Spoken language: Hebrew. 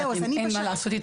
אין מה לעשות.